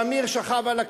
ואמיר שכב על הכביש.